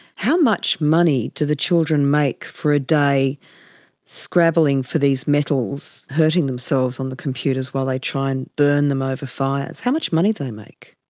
how much money do the children make for a day scrabbling for these metals, hurting themselves on the computers while they try and burn them over fires? how much money do they make?